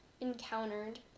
encountered